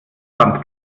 wand